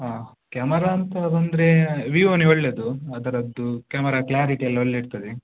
ಹಾಂ ಕ್ಯಾಮರಾ ಅಂತ ಬಂದರೆ ವೀವೊನೇ ಒಳ್ಳೆಯದು ಅದರದ್ದು ಕ್ಯಾಮರ ಕ್ಲಾರಿಟಿ ಎಲ್ಲ ಒಳ್ಳೆ ಇರ್ತದೆ